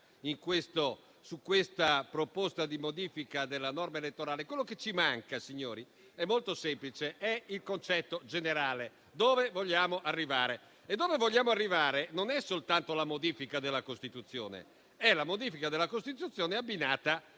su questa proposta di modifica della norma elettorale. Quello che ci manca è molto semplice, è il concetto generale: dove vogliamo arrivare. Non vogliamo arrivare soltanto alla modifica della Costituzione, ma alla modifica della Costituzione abbinata